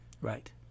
Right